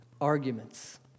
Arguments